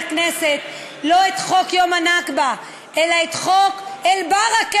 לא את חוק יום הנכבה אלא את חוק אל-בָּרַכָּה,